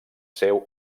seu